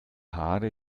haare